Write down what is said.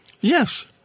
Yes